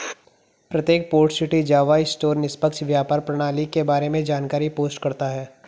प्रत्येक port city Java store निष्पक्ष व्यापार प्रणाली के बारे में जानकारी पोस्ट करता है